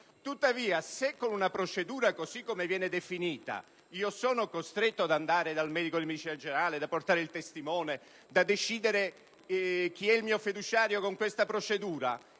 Tuttavia, se con una procedura così come viene definita io sono costretto ad andare dal medico di medicina generale e a portare un testimone per decidere chi è il mio fiduciario, e se ora